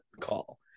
call